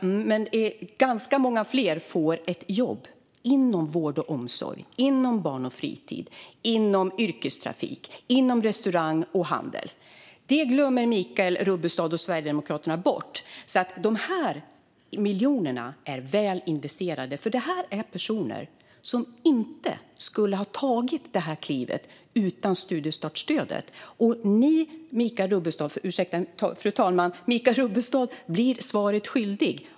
Jovisst, men ganska många fler får ett jobb inom områden som vård och omsorg, barn och fritid, yrkestrafik, restaurang och handel. Detta glömmer Michael Rubbestad och Sverigedemokraterna bort. Dessa miljoner är väl investerade pengar. Det handlar nämligen om personer som inte skulle ha tagit detta kliv utan studiestartsstödet. Michael Rubbestad blir svaret skyldig.